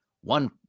one